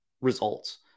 results